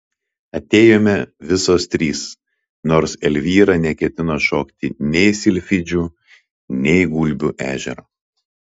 atėjome visos trys nors elvyra neketino šokti nei silfidžių nei gulbių ežero